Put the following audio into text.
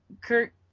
Kurt